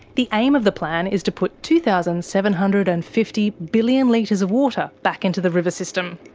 the aim of the plan is to put two thousand seven hundred and fifty billion litres of water back into the river system.